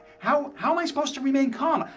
how how am i supposed to remain calm?